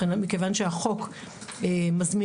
מכיוון שהחוק מזמין,